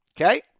Okay